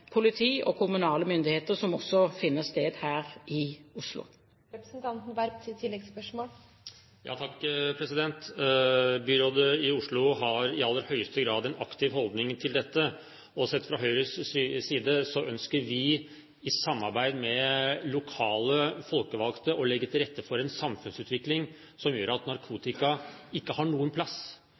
politi og kommunale myndigheter, som også finner sted her i Oslo. Takk. Byrådet i Oslo har i aller høyeste grad en aktiv holdning til dette, og sett fra Høyres side ønsker vi i samarbeid med lokale folkevalgte å legge til rette for en samfunnsutvikling som gjør at narkotika ikke har noen plass.